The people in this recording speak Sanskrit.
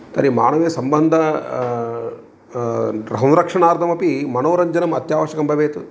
तर्हि मानवीयसम्बन्धः गृहरक्षणार्थमपि मनोरञ्जनम् अत्यवाश्यकं भवेत्